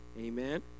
Amen